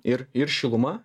ir ir šiluma